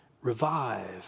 revive